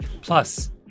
Plus